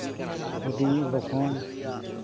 ᱦᱩᱰᱤᱧᱤᱡ ᱵᱚᱠᱚᱧ